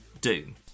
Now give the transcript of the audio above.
Doom